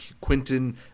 Quentin